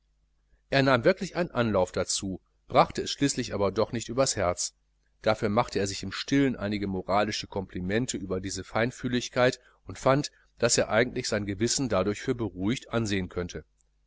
er nahm wirklich einen anlauf dazu brachte es schließlich aber doch nicht übers herz dafür machte er sich im stillen einige moralische komplimente über diese feinfühlichkeit und fand daß er eigentlich sein gewissen dadurch für beruhigt ansehen könnte